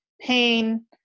pain